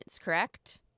correct